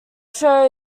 show